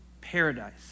Paradise